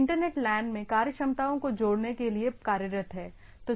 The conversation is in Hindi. वे इंटरनेट लैन में कार्यक्षमता जोड़ने के लिए कार्यरत हैं